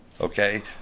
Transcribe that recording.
okay